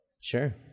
Sure